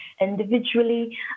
individually